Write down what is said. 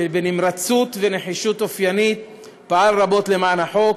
שבנמרצות ובנחישות אופיינית פעל רבות למען החוק,